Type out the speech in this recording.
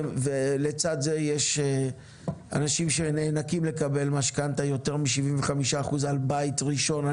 ולצד זה יש אנשים שנאנקים כדי לקבל משכנתא של יותר מ-75% על בית ראשון,